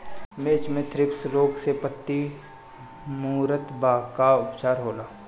मिर्च मे थ्रिप्स रोग से पत्ती मूरत बा का उपचार होला?